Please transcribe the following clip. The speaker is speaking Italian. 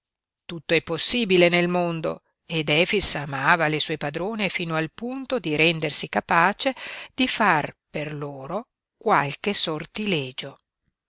tutto è possibile nel mondo ed efix amava le sue padrone fino al punto di rendersi capace di far per loro qualche sortilegio